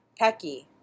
Pecky